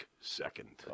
second